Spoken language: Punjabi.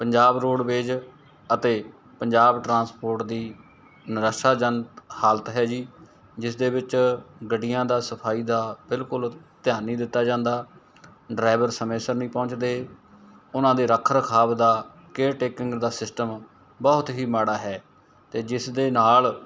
ਪੰਜਾਬ ਰੋਡਵੇਜ਼ ਅਤੇ ਪੰਜਾਬ ਟਰਾਂਸਪੋਰਟ ਦੀ ਨਿਰਾਸ਼ਾਜਨਕ ਹਾਲਤ ਹੈ ਜੀ ਜਿਸ ਦੇ ਵਿੱਚ ਗੱਡੀਆਂ ਦੀ ਸਫਾਈ ਦਾ ਬਿਲਕੁਲ ਧਿਆਨ ਨਹੀਂ ਦਿੱਤਾ ਜਾਂਦਾ ਡਰਾਈਵਰ ਸਮੇਂ ਸਿਰ ਨਹੀਂ ਪਹੁੰਚਦੇ ਉਹਨਾਂ ਦੇ ਰੱਖ ਰਖਾਵ ਦਾ ਕੇਅਰ ਟੇਕਿੰਗ ਦਾ ਸਿਸਟਮ ਬਹੁਤ ਹੀ ਮਾੜਾ ਹੈ ਅਤੇ ਜਿਸ ਦੇ ਨਾਲ